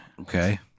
Okay